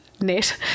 net